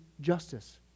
justice